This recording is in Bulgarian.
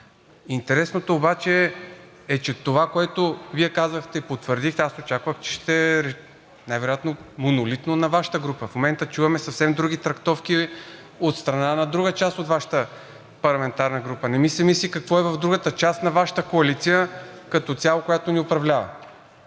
Интересното обаче е това, което Вие казахте и потвърдихте – очаквах, че най-вероятно ще е монолитно на Вашата група. В момента чуваме съвсем други трактовки от страна на друга част от Вашата парламентарна група. Не ми се мисли какво е в другата част на Вашата коалиция като цяло, която ни управлява.